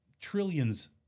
trillions